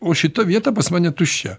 o šita vieta pas mane tuščia